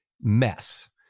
mess